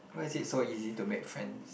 why is it so easy to make friends